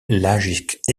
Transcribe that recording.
l’âge